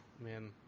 man